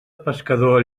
pescador